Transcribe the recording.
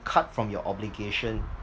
cut from your obligation